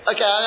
Okay